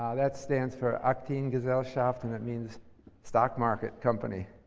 um that stands for aktiengesellschaft, and that means stock market company.